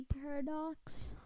Paradox